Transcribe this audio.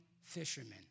fishermen